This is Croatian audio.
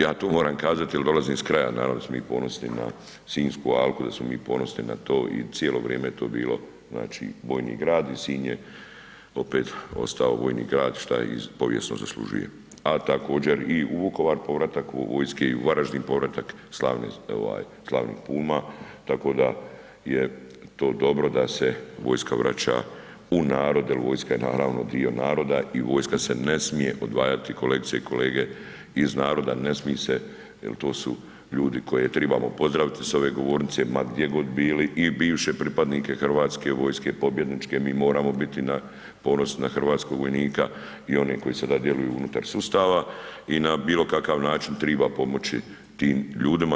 Ja to moram kazati jer dolazim iz kraja, naravno da smo mi ponosni na Sinjsku alku, da smo mi ponosni na to i cijelo vrijeme je to bilo znači vojni grad i Sinj je opet ostao vojni grad šta i povijesno zaslužuje, a također i u Vukovar povratak vojske i u Varaždin povratak slavnih ovaj slavnih Puma, tako da je to dobro da se vojska vraća u narod jer vojska je naravno dio naroda i vojska se ne smije odvajati kolegice i kolege iz naroda, ne smije se jel to su ljudi koje tribamo pozdraviti s ove govornice ma gdje god bili i bivše pripadnike Hrvatske vojske, pobjedničke, mi moramo biti na ponos na hrvatskog vojnika i oni koji sada djeluju unutar sustava i na bilo kakav način triba pomoći tim ljudima.